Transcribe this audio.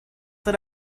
that